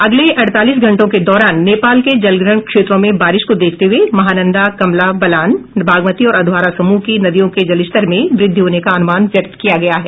अगले अड़तालीस घंटों के दौरान नेपाल के जलग्रहण क्षेत्रों में बारिश को देखते हुये महानंदा कमला बलान बागमती और अधवारा समूह की नदियों के जलस्तर में वृद्धि होने का अनुमान व्यक्त किया गया है